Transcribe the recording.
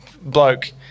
bloke